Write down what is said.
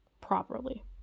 Properly